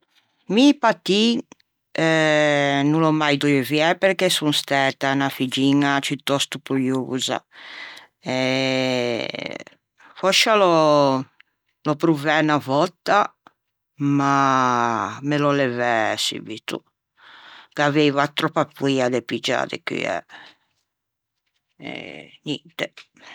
Mi pattin no l'ò mai deuviæ perché son stæta unna figgiña ciutòsto poiosa e fòscia l'ò provæ unna vòtta ma me l'ò levæ subito gh'aveiva tròppa poia de piggiâ de cuæ e ninte.